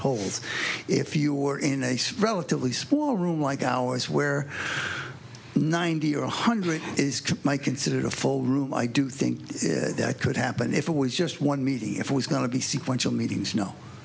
holds if you were in a sprawl italy small room like ours where ninety or one hundred is considered a full room i do think that could happen if it was just one meeting if it was going to be sequential meetings no